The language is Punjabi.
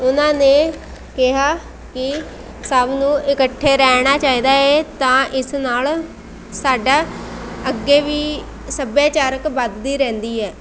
ਉਹਨਾਂ ਨੇ ਕਿਹਾ ਕਿ ਸਭ ਨੂੰ ਇਕੱਠੇ ਰਹਿਣਾ ਚਾਹੀਦਾ ਹੈ ਤਾਂ ਇਸ ਨਾਲ ਸਾਡਾ ਅੱਗੇ ਵੀ ਸੱਭਿਆਚਾਰਕ ਵੱਧਦੀ ਰਹਿੰਦੀ ਹੈ